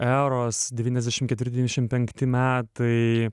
eros devyniasdešimt ketvirti devyniasdešimt penkti metai